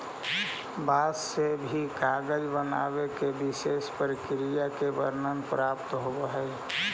बाँस से भी कागज बनावे के विशेष प्रक्रिया के वर्णन प्राप्त होवऽ हई